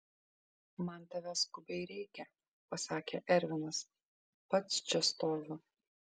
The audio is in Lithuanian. man tavęs skubiai reikia pasakė ervinas pats čia stoviu